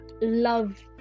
love